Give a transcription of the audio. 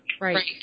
Right